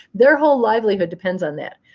their whole livelihood depends on that.